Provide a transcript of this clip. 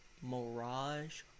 Mirage